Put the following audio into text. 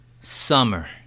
summer